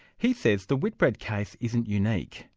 he says the whitbread case isn't unique.